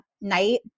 Night